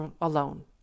alone